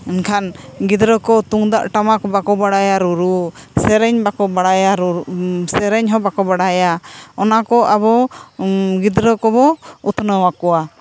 ᱮᱱᱠᱷᱟᱱ ᱜᱤᱫᱽᱨᱟᱹᱠᱚ ᱛᱩᱢᱫᱟᱜ ᱴᱟᱢᱟᱠ ᱵᱟᱠᱚ ᱵᱟᱲᱟᱭᱟ ᱨᱩᱻᱨᱩ ᱥᱮᱨᱮᱧ ᱵᱟᱠᱚ ᱵᱟᱲᱟᱭᱟ ᱥᱮᱨᱮᱧ ᱦᱚᱸ ᱵᱟᱠᱚ ᱵᱟᱲᱟᱭᱟ ᱚᱱᱟᱠᱚ ᱟᱵᱚ ᱜᱤᱫᱽᱨᱟᱹ ᱠᱚᱵᱚ ᱩᱛᱱᱟᱹᱣ ᱟᱠᱚᱣᱟ